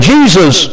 Jesus